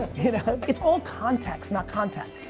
it's all context, not content.